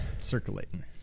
Circulating